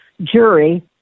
jury